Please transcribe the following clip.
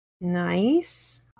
Nice